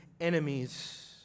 enemies